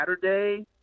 Saturday